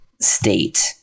state